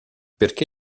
perché